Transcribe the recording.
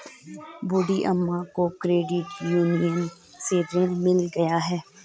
बूढ़ी अम्मा को credit union से ऋण मिल गया है